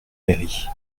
mairie